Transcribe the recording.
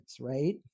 right